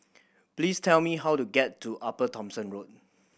please tell me how to get to Upper Thomson Road